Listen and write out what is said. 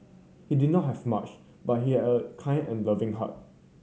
he did not have much but he had a kind and loving heart